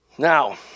Now